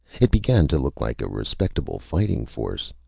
it began to look like a respectable fighting force.